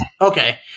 Okay